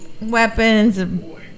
Weapons